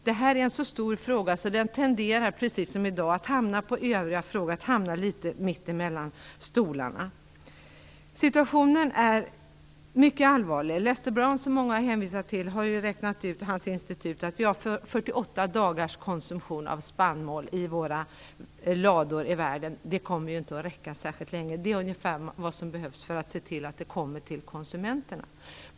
Men detta är en så stor fråga att den tenderar precis som i dag att hamna på övriga frågor, att hamna litet mitt emellan stolarna. Situationen är mycket allvarlig. Många har hänvisat till Lester Brown. Hans institut har räknat ut att vi har 48 dagars konsumtion av spannmål i våra lador i världen. Det kommer inte att räcka särskilt länge. Det är ungefär vad som behövs för att se till att det kommer till konsumenterna.